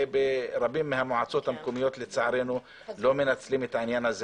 שברבות מהמועצות המקומיות לצערנו לא מנצלים אותם.